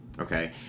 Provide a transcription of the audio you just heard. okay